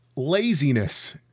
Laziness